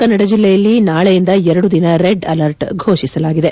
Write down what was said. ಕ ಜಿಲ್ಲೆಯಲ್ಲಿ ನಾಳೆಯಿಂದ ಎರಡು ದಿನ ರೆಡ್ ಅಲರ್ಟ್ ಘೋಷಿಸಲಾಗಿದೆ